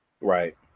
Right